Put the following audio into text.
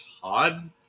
Todd